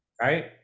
Right